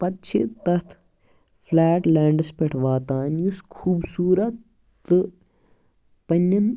پَتہٕ چھِ تَتھ فٔلیٹ لیڈَس پٮ۪ٹھ واتان یُس خوٗبصوٗرت تہٕ پَنٛنیٚن